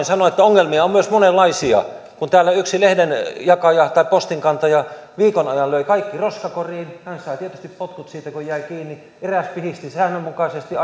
sanoa että ongelmia on myös monenlaisia täällä yksi lehdenjakaja tai postinkantaja viikon ajan löi kaikki roskakoriin hän sai tietysti potkut siitä kun jäi kiinni eräs pihisti säännönmukaisesti